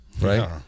right